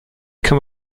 come